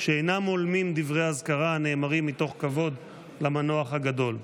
שאינם הולמים דברי אזכרה הנאמרים מתוך כבוד למנוח הגדול".